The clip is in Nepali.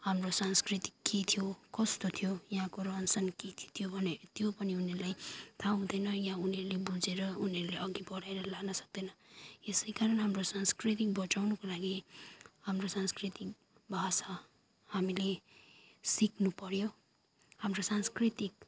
हाम्रो संस्कृति के थियो कस्तो थियो यहाँको रहनसहन के थियो भन्ने त्यो पनि उनीहरूलाई थाहा हुँदैन यो या उनीहरूले बुझेर उनीहरूले अघि बढाएर लान सक्दैन यसै कारण हाम्रो संस्कृति बचाउनुको लागि हाम्रो संस्कृति भाषा हामीले सिक्नु पऱ्यो हाम्रो सांस्कृतिक